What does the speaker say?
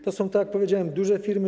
To są, tak jak powiedziałem, duże firmy.